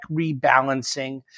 rebalancing